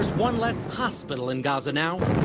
one less hospital in gaza now.